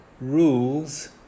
rules